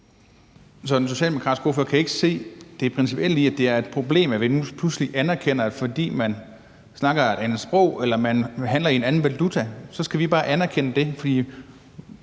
Så den socialdemokratiske ordfører kan ikke se det principielle i, at det er et problem, at vi nu pludselig anerkender, at fordi man snakker et andet sprog eller handler i en anden valuta, så skal vi bare anerkende det. Det